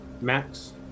Max